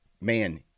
man